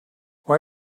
why